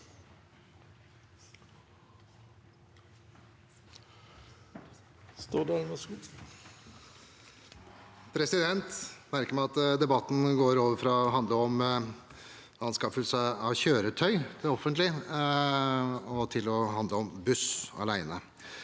Jeg merker meg at debatten går over fra å handle om anskaffelse av kjøretøy til det offentlige, til å handle om buss alene.